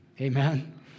amen